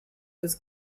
was